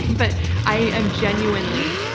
but i am genuinely,